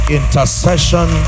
intercession